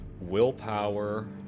Willpower